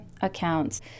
accounts